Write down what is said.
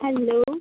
hello